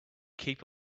keep